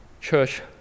Church